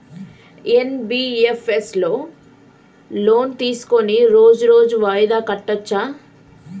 NBFS లో loan తీస్కొని రోజు రోజు వాయిదా కట్టచ్ఛా?